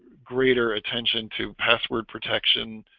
greater attention to password protection